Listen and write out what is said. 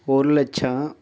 ஒரு லட்சம்